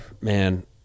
man